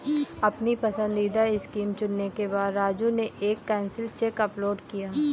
अपनी पसंदीदा स्कीम चुनने के बाद राजू ने एक कैंसिल चेक अपलोड किया